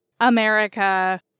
america